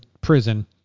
prison